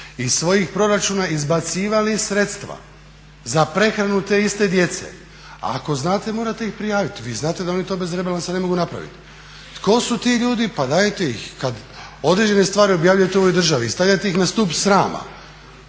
iz svojih proračuna izbacivali sredstva za prehranu te iste djece, ako znate morate ih prijaviti. Vi znate da oni to bez rebalansa ne mogu napraviti. Tko su ti ljudi pa dajte ih kada određene stvari objavljujete u ovoj državi i stavljate ih na stup srama,